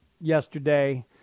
yesterday